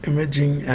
Imaging